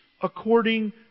according